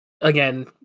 again